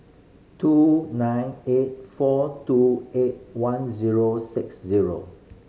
two nine eight four two eight one zero six zero